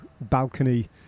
balcony